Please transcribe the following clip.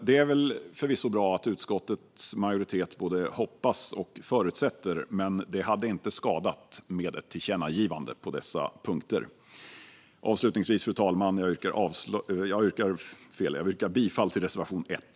Det är förvisso bra att utskottets majoritet både hoppas och förutsätter detta, men det hade inte skadat med ett tillkännagivande på dessa punkter. Avslutningsvis, fru talman, yrkar jag bifall till reservation 1.